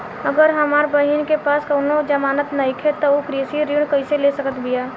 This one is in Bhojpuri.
अगर हमार बहिन के पास कउनों जमानत नइखें त उ कृषि ऋण कइसे ले सकत बिया?